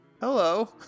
Hello